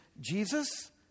Jesus